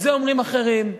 את זה אומרים אחרים,